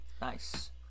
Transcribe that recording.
Nice